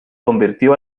convirtió